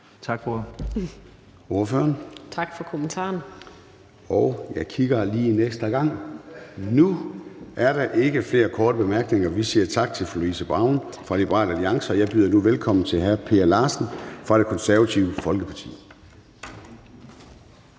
Tak for kommentaren. Kl. 21:15 Formanden (Søren Gade): Jeg kigger lige en ekstra gang – nu er der ikke flere korte bemærkninger. Vi siger tak til fru Louise Brown fra Liberal Alliance, og jeg byder nu velkommen til hr. Per Larsen fra Det Konservative Folkeparti.